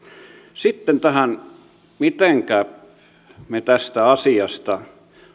sitten tähän mitenkä me tästä asiasta